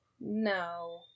No